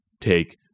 take